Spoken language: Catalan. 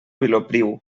vilopriu